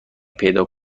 پیدا